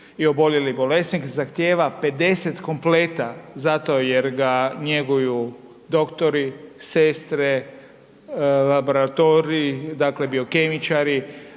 i oboljeli bolesnik zahtijeva 50 kompleta zato jer ga njeguju doktori, sestre, laboratorij, dakle, biokemičari,